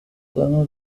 plano